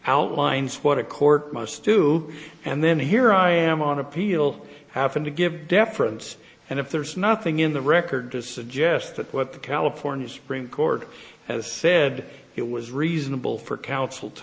outlines what a court must do and then here i am on appeal having to give deference and if there's nothing in the record to suggest that what the california supreme court has said it was reasonable for counsel to